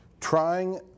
trying